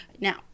Now